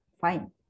fine